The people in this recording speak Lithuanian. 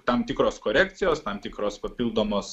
tam tikros korekcijos tam tikros papildomos